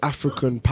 African